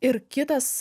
ir kitas